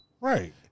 Right